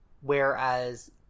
whereas